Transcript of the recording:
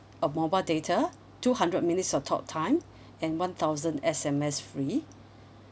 of mobile data two hundred minutes of talk time and one thousand S_M_S free